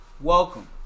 Welcome